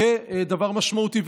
כדבר משמעותי.